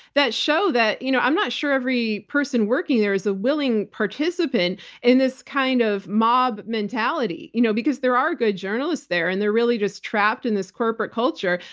that show that. you know i'm not sure every person working there is a willing participant in this kind of mob mentality. you know because there are good journalists there and they're really just trapped in this corporate culture.